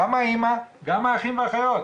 גם האימא וגם האחים והאחיות,